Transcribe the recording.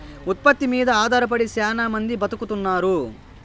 ఉత్పత్తి మీద ఆధారపడి శ్యానా మంది బతుకుతున్నారు